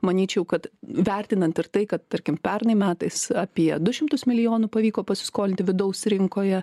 manyčiau kad vertinant ir tai kad tarkim pernai metais apie du šimtus milijonų pavyko pasiskolinti vidaus rinkoje